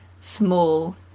small